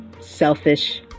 selfish